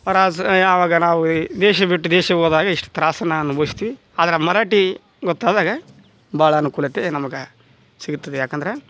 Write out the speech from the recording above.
ಯಾವಾಗ ನಾವು ಈ ದೇಶ ಬಿಟ್ಟು ದೇಶ ಹೋದಾಗ ಇಷ್ಟು ತ್ರಾಸನ್ನು ಅನುಭವಿಸ್ತೀವಿ ಆದ್ರೆ ಮರಾಠಿ ಗೊತ್ತಾದಾಗ ಭಾಳ ಅನುಕೂಲತೆ ನಮ್ಗೆ ಸಿಗ್ತದೆ ಯಾಕಂದ್ರೆ